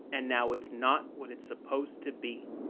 and now it's not what it's supposed to be.